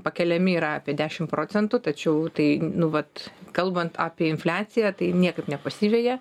pakeliami yra apie dešimt procentų tačiau tai nu vat kalbant apie infliaciją tai niekaip nepasiveja